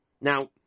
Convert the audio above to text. Now